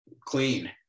clean